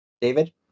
David